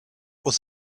was